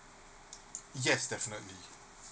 yes definitely